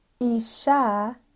Isha